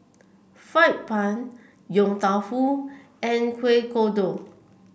fried bun Yong Tau Foo and Kuih Kodok